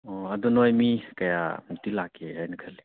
ꯑꯣ ꯑꯗꯨ ꯅꯣꯏ ꯃꯤ ꯀꯌꯥ ꯃꯨꯛꯇꯤ ꯂꯥꯛꯀꯦ ꯍꯥꯏꯅ ꯈꯜꯂꯤ